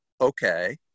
okay